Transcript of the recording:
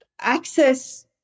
access